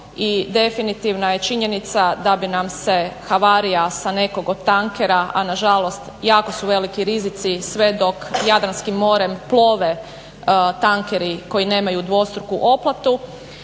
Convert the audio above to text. i definitivna je činjenica da bi nam se havarija sa nekog od tankera a nažalost jako su veliki rizici sve dok Jadranskim morem plove tankeri koji nemaju dvostruku oplatu.